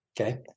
Okay